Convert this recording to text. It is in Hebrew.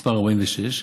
מס' 46,